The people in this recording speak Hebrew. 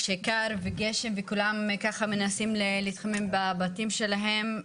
כשקר וגשם וכולם ככה מנסים להתחמם בבתים שלהם,